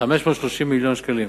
530 מיליון שקלים.